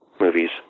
movies